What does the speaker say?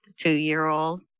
two-year-old